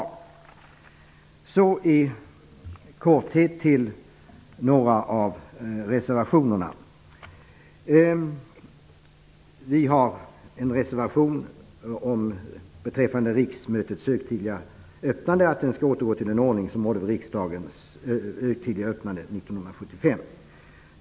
Jag skall i korthet beröra några av reservationerna. Vi har i en reservation beträffande riksmötets högtidliga öppnande föreslagit ett återgående till den ordning som rådde vid riksdagens högtidliga öppnande år 1975.